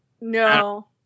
No